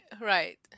Right